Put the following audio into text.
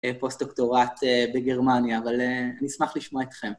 פוסט-דוקטורט בגרמניה, אבל אני אשמח לשמוע אתכם.